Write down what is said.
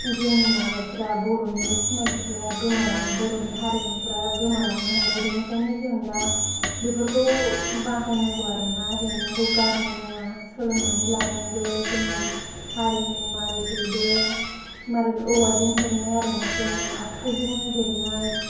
जोंनि माबाफ्रा बर'नि सिनायथिफ्रा गोमालांनो बर'नि हारिमुफ्रा गोमालांनो बेनिफ्रायनो जों दा बेफोरखौ बाहायनांगौ आरोना हेबनायखौ गारनो नाङा सोलोंनानै लानांगौ जोंनि हारिनि माबोरै हेबो माबोरै औवाजों हेबनाय आरोना जोंनि आखायजोंनो हेबनाय